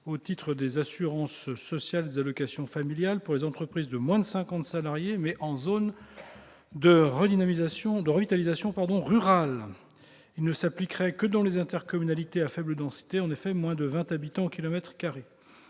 au titre des assurances sociales et des allocations familiales pour les entreprises de moins de cinquante salariés, dans les zones de revitalisation rurale. Cette mesure ne s'appliquerait que dans les intercommunalités à faible densité, à savoir celles qui comptent moins de 20 habitants au kilomètre carré.